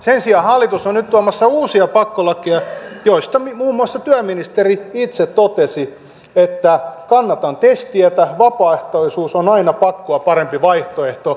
sen sijaan hallitus on nyt tuomassa uusia pakkolakeja joista muun muassa työministeri itse totesi että kannatan tes tietä vapaaehtoisuus on aina pakkoa parempi vaihtoehto